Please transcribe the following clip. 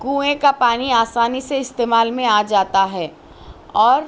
کنویں کا پانی آسانی سے استعمال میں آ جاتا ہے اور